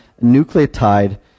nucleotide